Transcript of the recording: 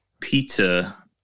Pizza